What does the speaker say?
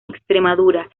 extremadura